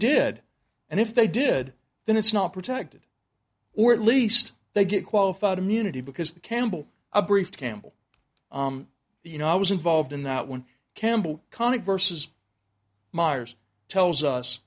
did and if they did then it's not protected or at least they get qualified immunity because campbell a brief campbell you know i was involved in that one campbell conic versus myers tells us